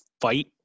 fight